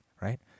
right